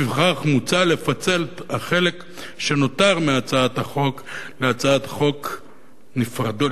לפיכך מוצע לפצל את החלק שנותר מהצעת החוק להצעות חוק נפרדות,